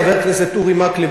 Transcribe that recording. חבר הכנסת אורי מקלב,